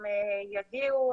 הם יגיעו,